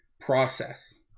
process